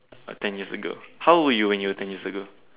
ten years ago how old were you when you were ten years ago